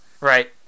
Right